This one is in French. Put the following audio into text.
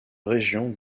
région